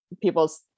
people's